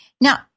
Now